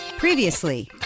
Previously